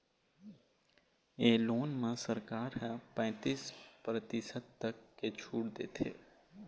ए loan म सरकार ह पैतीस परतिसत तक के छूट देथे